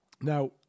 Now